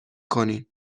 کنین